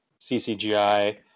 CCGI